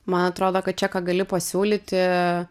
man atrodo kad čia ką gali pasiūlyti